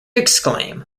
exclaim